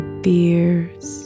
fears